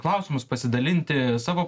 klausimus pasidalinti savo